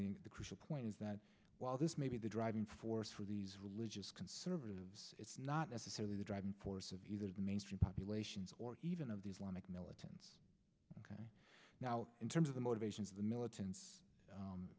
of the crucial point is that while this may be the driving force for these religious conservatives it's not necessarily the driving force of mainstream populations or even of the islamic militants ok now in terms of the motivations of the militants u